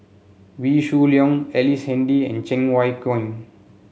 Wee Shoo Leong Ellice Handy and Cheng Wai Keung